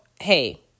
hey